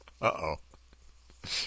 Uh-oh